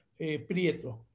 Prieto